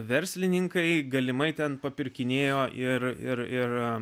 verslininkai galimai ten papirkinėjo ir ir ir